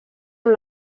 amb